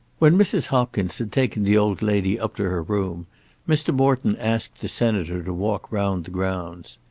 when mrs. hopkins had taken the old lady up to her room mr. morton asked the senator to walk round the grounds.